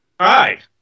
Hi